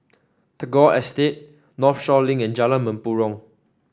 Tagore Estate Northshore Link and Jalan Mempurong